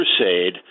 crusade